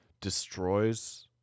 destroys